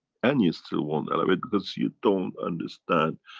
and you still won't elevate because you don't understand.